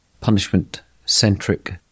punishment-centric